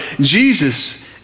Jesus